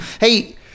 Hey